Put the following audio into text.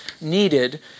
needed